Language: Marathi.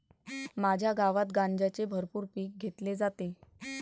माझ्या गावात गांजाचे भरपूर पीक घेतले जाते